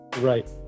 Right